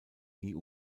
nie